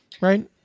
Right